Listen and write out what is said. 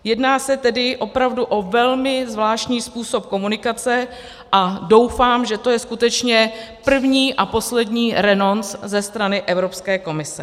Jedná se tedy opravdu o velmi zvláštní způsob komunikace a doufám, že to je skutečně první a poslední renonc ze strany Evropské komise.